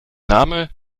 name